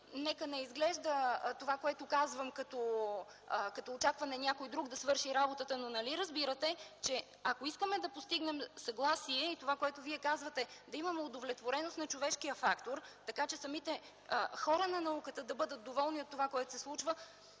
не изглежда като очакване някой друг да свърши работата, но нали разбирате, че ако искаме да постигнем съгласие и това, което Вие казвате - да имаме удовлетвореност на човешкия фактор, така че самите хора на науката да бъдат доволни от това, което се случва,